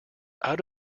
out